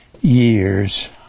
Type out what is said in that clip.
years